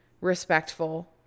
respectful